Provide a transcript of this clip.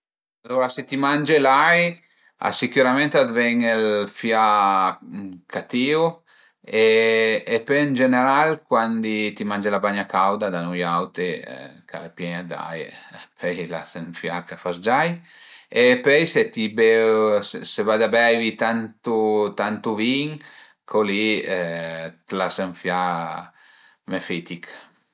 Alura se ti mange l'ai sicürament a ven ël fia catìu e pöi ën general cuandi ti mangè la bagna cauda da nui auti ch'al e pien-a d'ai pöi l'as ën fia ch'a fa s-giai e pöi se ti beu, se vade a beivi tantu tantu vin co li t'las ën fia mefitich